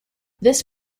this